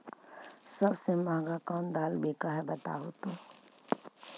सबसे महंगा कोन दाल बिक है बताहु तो?